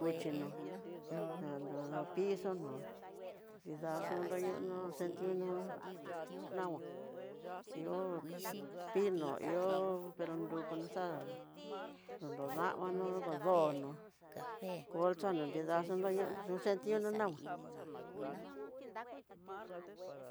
Kuxhino, adodu pizo no, nrida xu nruñono xentiuno nama, ihó pino ihó pero nrukunro xana no nro namano no ndono, colchanro nida xonoñono xhuxhentino nama.